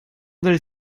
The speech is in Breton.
evel